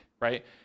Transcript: right